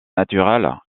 naturelle